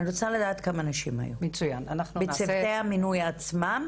אני רוצה לדעת כמה נשים היו בצוותי המינוי עצמם